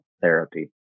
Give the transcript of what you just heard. therapy